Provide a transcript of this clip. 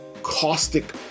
caustic